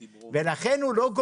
לצערי לא הסתדר לי